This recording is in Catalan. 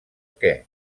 què